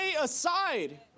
aside